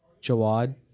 Jawad